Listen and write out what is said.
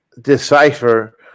decipher